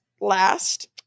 last